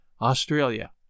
Australia